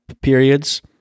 periods